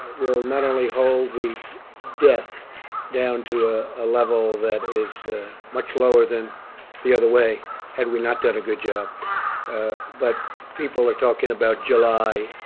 we'll not only hold the death down to ah a level that is much lower than the other way had we not done a good job but people are talking about july,